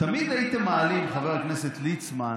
תמיד הייתם מעלים, חבר הכנסת ליצמן,